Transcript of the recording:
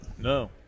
No